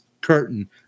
curtain